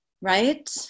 right